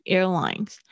Airlines